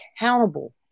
accountable